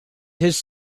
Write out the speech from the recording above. his